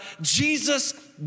Jesus